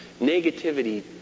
Negativity